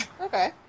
okay